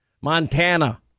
Montana